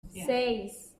seis